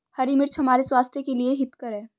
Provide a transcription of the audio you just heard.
हरी मिर्च हमारे स्वास्थ्य के लिए हितकर हैं